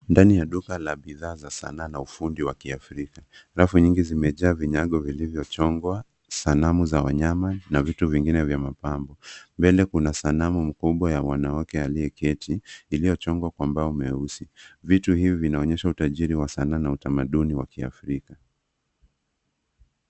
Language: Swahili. Ndani ya duka la bidhaa sanaa na ufundi wa afrika. Rafu nyingi zimejaa vinyago vilivyo chongwa, sanamu za wanyama na vitu vingine vya mapambo. Mbele kuna sanamu mkubwa ya wanawake aliye keti iliyo chongwa kwa mbao mweusi. Vitu hivi vinaonyesha utajiri wa Sanaa na utamaduni wa kiafrika.